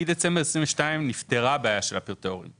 מדצמבר 2022 נפתרה הבעיה של פרטי ההורים.